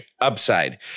upside